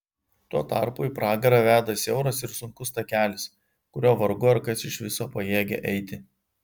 tuo tarpu į pragarą veda siauras ir sunkus takelis kuriuo vargu ar kas iš viso pajėgia eiti